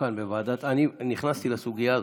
אני נכנסתי לסוגיה הזו.